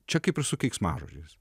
čia kaip keiksmažodis